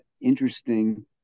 interesting